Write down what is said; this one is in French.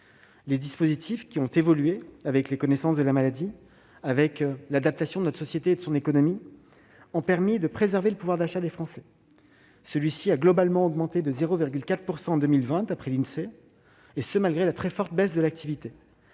Les dispositifs, qui ont évolué avec les connaissances sur la maladie et avec l'adaptation de notre société et de son économie, ont permis de préserver le pouvoir d'achat des Français. Celui-ci a globalement augmenté de 0,4 % en 2020, d'après l'Insee, et cela malgré la forte baisse de l'activité.